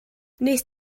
wnest